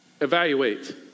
Evaluate